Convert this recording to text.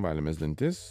valėmės dantis